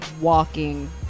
walking